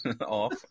off